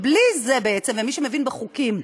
ובלי זה, בעצם, מי שמבין בחוקים,